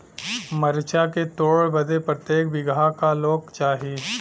मरचा के तोड़ बदे प्रत्येक बिगहा क लोग चाहिए?